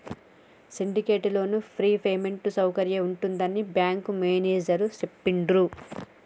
syndicate loan free payment సౌకర్యం ఉంటుందని bank manager చెప్పిండ్రు